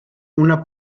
una